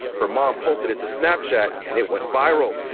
her mom posted at the snap chat and it went viral.